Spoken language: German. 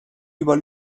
über